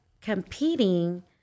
competing